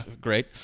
great